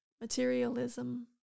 Materialism